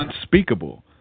unspeakable